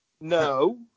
No